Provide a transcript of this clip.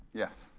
yes.